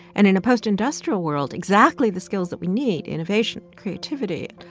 and in a post-industrial world, exactly the skills that we need innovation, creativity,